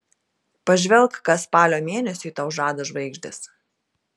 pažvelk ką spalio mėnesiui tau žada žvaigždės